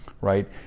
right